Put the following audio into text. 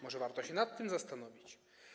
Może warto się nad tym zastanowić.